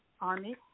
army